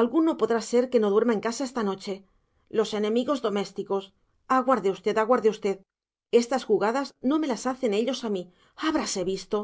alguno podrá ser que no duerma en casa esta noche los enemigos domésticos aguarde usted aguarde usted estas jugadas no me las hacen ellos a mí habrase visto